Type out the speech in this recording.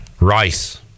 Rice